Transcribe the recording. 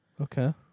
Okay